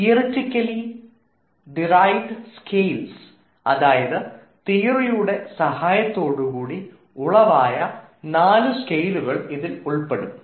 theoretically derived scales അതായത് തിയറിയുടെ സഹായത്തോടുകൂടി ഉളവായ 4 നാല് സ്കെയിലുകൾ ഇതിലുൾപ്പെടും